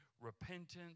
repentance